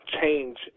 change